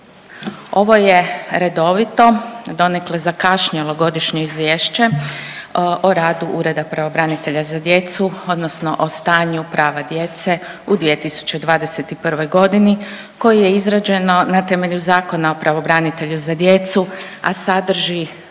ovo je redovito donekle zakašnjelo Godišnje izvješće o radu Ureda pravobranitelja za djecu odnosno o stanju prava djece u 2021. godini koje je izrađeno na temelju Zakona o pravobranitelju za djecu, a sadrži